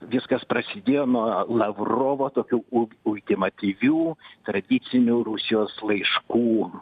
viskas prasidėjo nuo lavrovo tokių ul ultimatyvių tradicinių rusijos laiškų